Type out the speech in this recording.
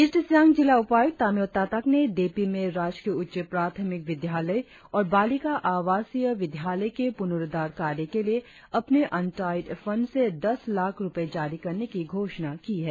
east Siang जिला उपायुक्त तामियों तातक ने देपी में राजकीय उच्च प्राथमिक विद्यालय और बालिका आवासीया विद्यालय के पुनुरुद्धार कार्य के लिए अपने अन्टाइड फंड से दस लाख रुपए जारी करने की घोषणा की है